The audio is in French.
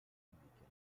républicains